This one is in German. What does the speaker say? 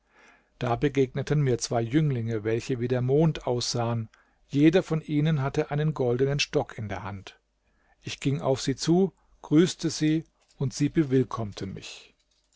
da begegneten mir zwei jünglinge welche wie der mond aussahen jeder von ihnen hatte einen goldenen stock in der hand ich ging auf sie zu grüßte sie und sie bewillkommten mich